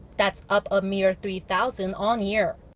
that's up a mere three-thousand on-year.